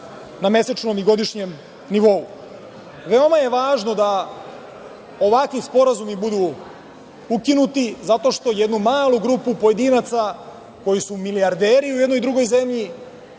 na mesečnom i godišnjem nivou. Veoma je važno da ovakvi sporazumi budu ukinuti zato što jednu malu grupu pojedinaca, koji su milijarderi u drugoj zemlji,